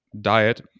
diet